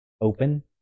open